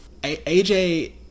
AJ